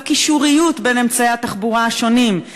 בקישוריות בין אמצעי התחבורה השונים,